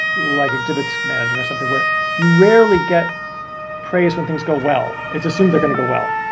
like exhibits manager or something where you rarely get praise when things go well, it's assumed they're gonna go well.